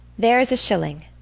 there is a shilling.